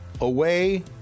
Away